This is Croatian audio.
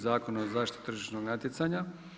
Zakona o zaštiti tržišnog natjecanja.